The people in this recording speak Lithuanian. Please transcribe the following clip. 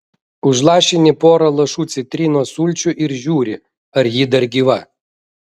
užlašini porą lašų citrinos sulčių ir žiūri ar ji dar gyva